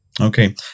okay